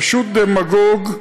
פשוט דמגוג,